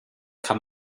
kann